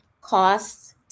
costs